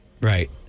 Right